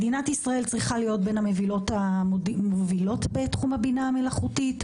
מדינת ישראל צריכה להיות בין המובילות בתחום הבינה המלאכותית,